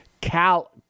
Cal